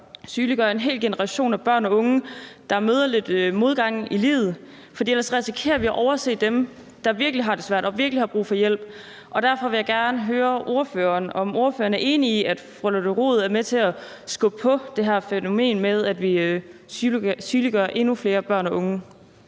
sygeliggøre en hel generation af børn og unge, der møder lidt modgang i livet, for så risikerer vi at overse dem, der virkelig har det svært og virkelig har brug for hjælp. Derfor vil jeg gerne høre ordføreren, om ordføreren er enig i, at fru Lotte Rod er med til at skubbe på det her fænomen med, at vi sygeliggør endnu flere børn og unge.